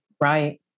Right